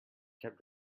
kept